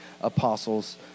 Apostles